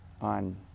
on